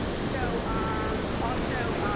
so um also